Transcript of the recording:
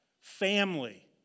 family